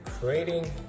creating